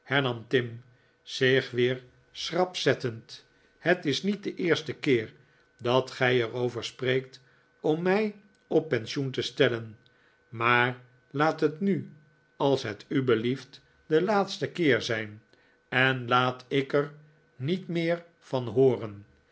tim zich weer schrap zettend het is niet de eerste keer dat gij er over spreekt om mij op pensioen te stellen maar laat het nu als het u belieft de laatste keer zijn en laat ik er niet meer van hooren